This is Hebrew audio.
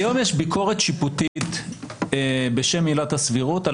כיום יש ביקורת שיפוטית בשם עילת הסבירות על